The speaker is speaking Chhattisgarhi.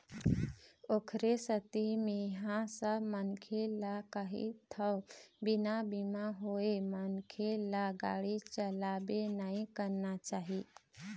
ओखरे सेती मेंहा सब मनखे ल कहिथव बिना बीमा होय मनखे ल गाड़ी चलाबे नइ करना चाही